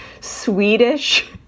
Swedish